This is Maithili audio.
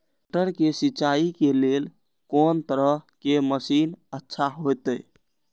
मटर के सिंचाई के लेल कोन तरह के मशीन अच्छा होते?